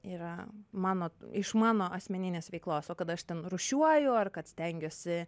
yra mano iš mano asmeninės veiklos o kad aš ten rūšiuoju ar kad stengiuosi